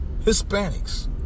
Hispanics